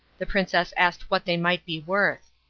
the princess asked what they might be worth.